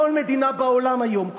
כל מדינה בעולם היום,